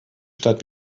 stadt